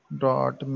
dot